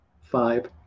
five